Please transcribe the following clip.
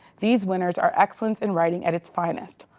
these winners are excellence in writing at its finest.